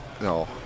No